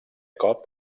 cop